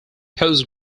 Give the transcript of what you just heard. post